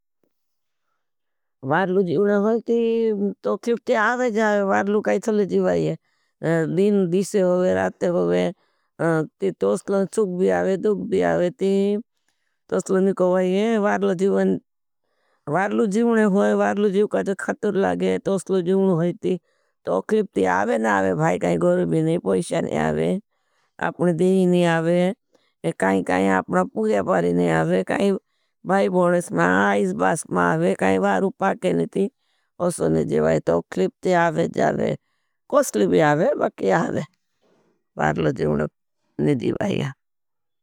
वार्लू जीवने होती, तो ख्लिप्ते आवे जावे, वार्लू काई थले जीवने होती दिन, दिसे होगे, राते होगे। तोस्लन सुख भी आवे, दुख भी आवे ती तोस्लन को बाईये, वार्लू जीवने होगे, वार्लू जीवने काई थले जीवने होगे। तोस्लन जीवने होगे ती तो ख्लिप्ते आवे नावे, भाई काई गोरी भी नहीं, पोईशा नहीं आवे, अपने देही नहीं आवे। काई काई अपना पूर्या पारी नहीं आवे, काई भाई बोनस में, आईस बास में आवे, काई बारू पाके नहीं थी। उसो नजीवाई, तो ख्लिप्ते आवे कोशली भी आवे, बक्की आवे, बारलो जीवन नजीवाई है।